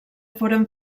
foren